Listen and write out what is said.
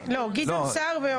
סער.